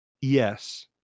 yes